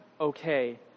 okay